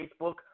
Facebook